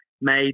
made